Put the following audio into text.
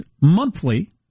monthly